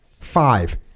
Five